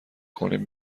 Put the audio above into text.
کنیم